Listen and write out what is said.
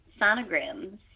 sonograms